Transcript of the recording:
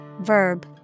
Verb